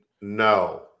No